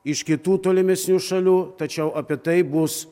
iš kitų tolimesnių šalių tačiau apie tai bus